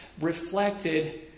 reflected